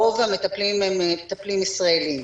רוב המטפלים הם מטפלים ישראלים.